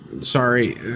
Sorry